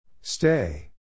Stay